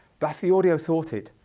that's the audio sorted.